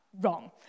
wrong